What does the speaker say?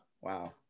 Wow